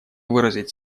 выразить